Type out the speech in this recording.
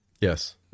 Yes